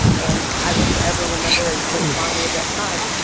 and i will forever remember and think fondly of that time.